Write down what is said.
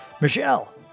Michelle